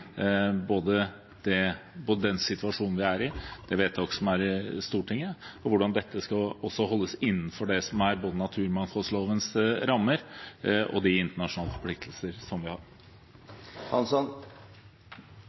både på den situasjonen vi er i, på det vedtaket som er i Stortinget, og på hvordan dette skal holdes innenfor både naturmangfoldlovens rammer og de internasjonale forpliktelser som vi